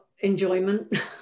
enjoyment